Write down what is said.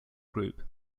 group